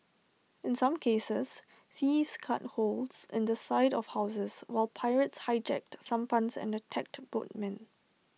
in some cases thieves cut holes in the side of houses while pirates hijacked sampans and attacked boatmen